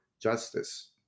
justice